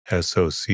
SOC